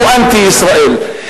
הוא אנטי ישראל.